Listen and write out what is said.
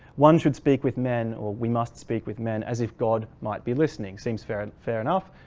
one should speak with men or we must speak with men as if god might be listening. seems fair and fair enough.